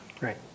Right